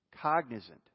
cognizant